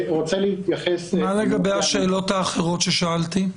מה לגבי השאלות האחרות ששאלתי?